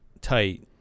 tight